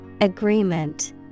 Agreement